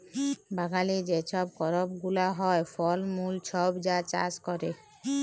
বাগালে যে ছব করপ গুলা হ্যয়, ফল মূল ছব যা চাষ ক্যরে